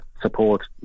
support